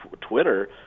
Twitter